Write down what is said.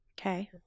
okay